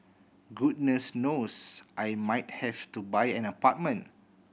goodness knows I might have to buy an apartment